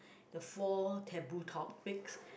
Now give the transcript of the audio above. the four taboo topics